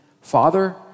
Father